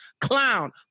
Clown